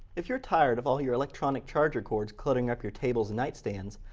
if you're tired of all your electronic charger cords cluttering up your tables and nightstands.